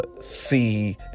see